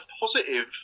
positive